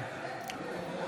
בעד